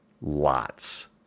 Lots